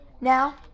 Now